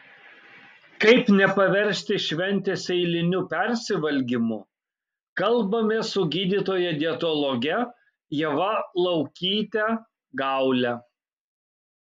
kaip nepaversti šventės eiliniu persivalgymu kalbamės su gydytoja dietologe ieva laukyte gaule